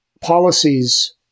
policies